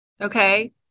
Okay